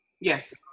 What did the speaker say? Yes